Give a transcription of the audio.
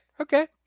Okay